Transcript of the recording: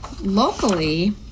locally